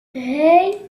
hey